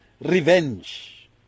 revenge